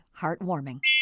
heartwarming